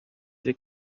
des